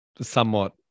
somewhat